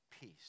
peace